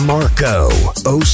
Marco